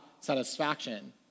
satisfaction